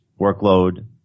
workload